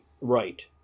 right